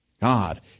God